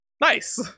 Nice